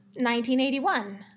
1981